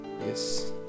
Yes